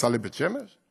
עשה לבית שמש?